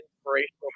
inspirational